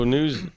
News